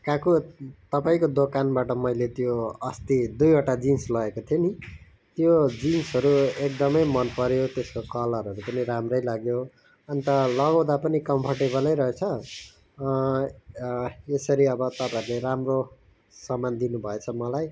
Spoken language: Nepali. काकु तपाईँको दोकानबाट मैले त्यो अस्ति दुईवटा जिन्स लगेको थिएँ नि त्यो जिन्सहरू एकदमै मन पऱ्यो त्यसको कलरहरू पनि राम्रै लाग्यो अन्त लगाउँदा पनि कम्फरटेबलै रहेछ यसरी तपाईँहरूले राम्रो समान दिनुभएछ मलाई